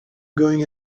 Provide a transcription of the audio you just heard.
going